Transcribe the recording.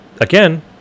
again